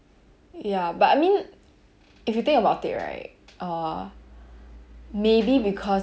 ya but I mean if you think about it right uh maybe because